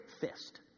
fist